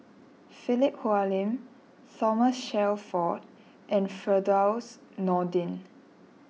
Philip Hoalim Thomas Shelford and Firdaus Nordin